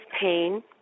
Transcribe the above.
pain